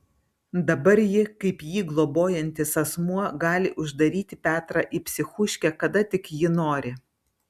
dabar ji kaip jį globojantis asmuo gali uždaryti petrą į psichuškę kada tik ji nori